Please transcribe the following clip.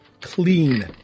clean